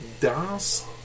Das